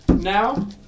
now